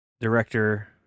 director